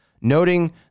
noting